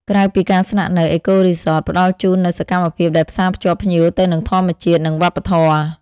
ក្រៅពីការស្នាក់នៅ អេកូរីសតផ្តល់ជូននូវសកម្មភាពដែលផ្សារភ្ជាប់ភ្ញៀវទៅនឹងធម្មជាតិ និងវប្បធម៌។